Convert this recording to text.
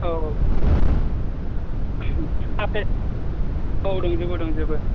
औ औ औ आपेल औ दंजोबो दंजोबो